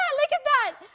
and look at that.